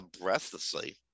breathlessly